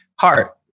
heart